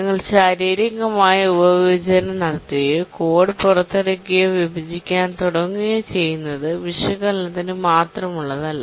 ഞങ്ങൾ ശാരീരികമായി ഉപവിഭജനം നടത്തുകയോ കോഡ് പുറത്തെടുക്കുകയോ വിഭജിക്കാൻ തുടങ്ങുകയോ ചെയ്യുന്നത് വിശകലനത്തിന് മാത്രമുള്ളതല്ല